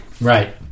Right